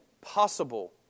possible